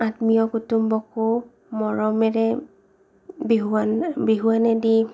আত্মীয় কুতুম্বকো মৰমেৰে বিহুৱান বিহুৱান দি